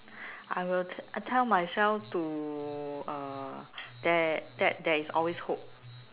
I will tell tell myself to uh that there that there is always hope